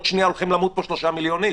שנייה הולכים למות פה שלושה מיליון איש.